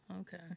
okay